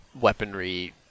weaponry